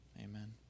Amen